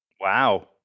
Wow